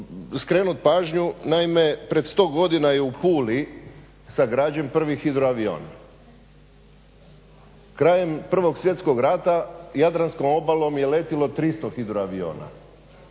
skrenuti pažnju, naime pred sto godina je u Puli sagrađen prvi hidroavion. Krajem 1. svjetskog rata jadranskom obalom je letjelo 300 hidroaviona,